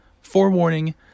forewarning